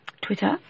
Twitter